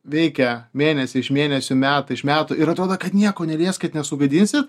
veikia mėnesį iš mėnesių metai iš metų ir atrodo kad nieko nelieskit nes sugadinsit